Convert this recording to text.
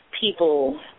people